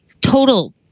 total